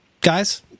guys